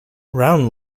round